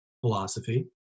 philosophy